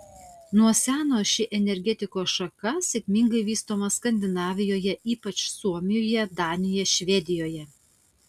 nuo seno ši energetikos šaka sėkmingai vystoma skandinavijoje ypač suomijoje danijoje švedijoje